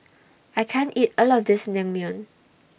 I can't eat All of This Naengmyeon